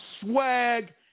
swag